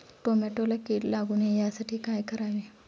टोमॅटोला कीड लागू नये यासाठी काय करावे?